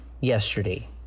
yesterday